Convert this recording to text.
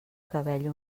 cabell